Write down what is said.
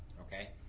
Okay